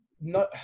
No